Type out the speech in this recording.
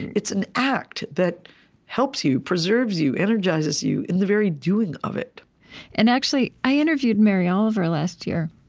it's an act that helps you, preserves you, energizes you in the very doing of it and actually, i interviewed mary oliver last year,